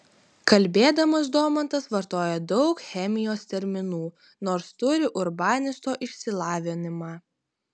kalbėdamas domantas vartoja daug chemijos terminų nors turi urbanisto išsilavinimą